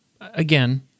again